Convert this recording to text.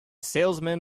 salesman